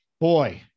boy